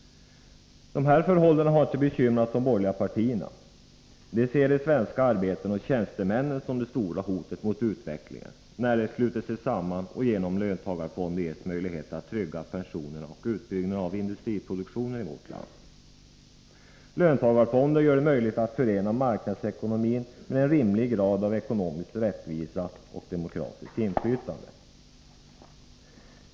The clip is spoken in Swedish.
De här förhållandena har inte bekymrat de borgerliga partierna. De ser de svenska arbetarna och tjänstemännen som det stora hotet mot utvecklingen, när dessa sluter sig samman och genom löntagarfonder ges möjlighet att trygga pensionerna och utbyggnaden av industriproduktionen i vårt land. Löntagarfonder gör det möjligt att förena marknadsekonomin med en rimlig grad av ekonomisk rättvisa och demokratiskt inflytande.